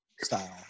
style